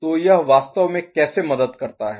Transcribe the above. तो यह वास्तव में कैसे मदद करता है